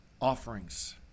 offerings